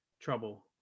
trouble